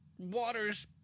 Waters